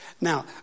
Now